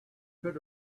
could